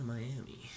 Miami